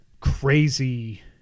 crazy